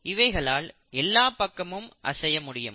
இவைகளால் எல்லா பக்கமும் அசைய முடியும்